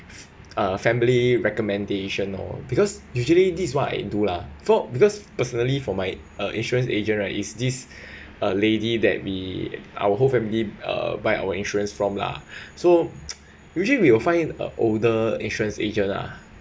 uh family recommendation or because usually this is what I do lah for because personally for my uh insurance agent right is this a lady that we our whole family uh buy our insurance from lah so usually we will find a older insurance agent lah